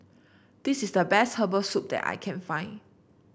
this is the best Herbal Soup that I can find